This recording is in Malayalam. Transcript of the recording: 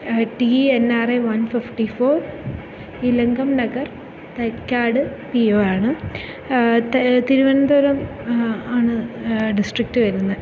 T N R A one fifty four Elankom Nagar Thycaud P O ആണ് തി തിരുവനന്തപുരം ആണ് ഡിസ്ട്രിക്ട് വരുന്നത്